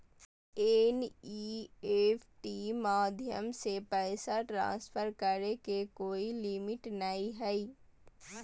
NEFT माध्यम से पैसा ट्रांसफर करे के कोय लिमिट नय हय